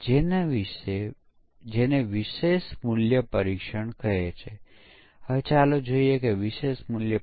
તેથી આ સ્ટેટિક અને ડાઇનેમિક પ્રવૃત્તિઓ છે